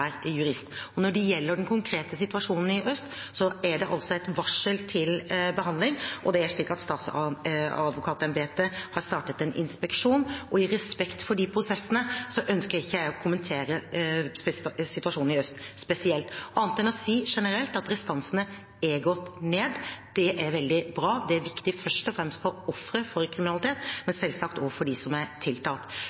Når det gjelder den konkrete situasjonen i Øst, er det et varsel til behandling, og det er slik at Statsadvokatembetet har startet en inspeksjon. I respekt for de prosessene ønsker jeg ikke å kommentere situasjonen i Øst politidistrikt spesielt, annet enn å si generelt at restansene er gått ned. Det er veldig bra. Det er viktig først og fremst for ofre for kriminalitet,